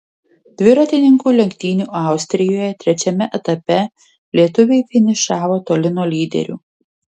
dviratininkų lenktynių austrijoje trečiame etape lietuviai finišavo toli nuo lyderių